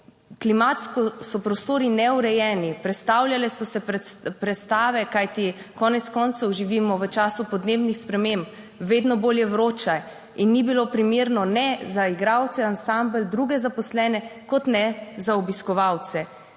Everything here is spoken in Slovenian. klimatsko so prostori neurejeni, prestavljale so se prestave, kajti konec koncev živimo v času podnebnih sprememb, Vedno bolj je vroče in ni bilo primerno ne za igralce, ansambel, druge zaposlene, kot ne za obiskovalce.